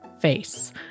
face